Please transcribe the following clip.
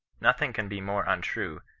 nothing can be more untrue,